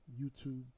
YouTube